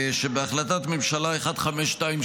שבהחלטת ממשלה 1523,